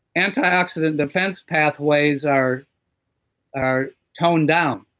anti-oxidant defense pathways are are toned down,